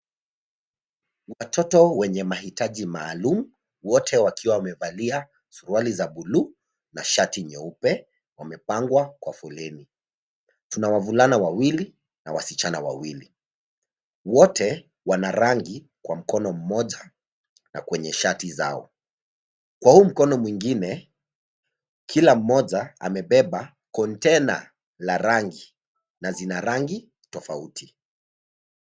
Watoto wenye mahitaji maalum, wote wakiwa wamevalia suruali za buluu na shati nyeupe wamepangwa kwa foleni. Tuna wavulana wawili na wasichana wawili. Wote wana rangi kwa mkono mmoja na kwenye shati zao. Kwa huu mkono mwingine, kila mmoja amebeba container la rangi na zina rangi tofauti.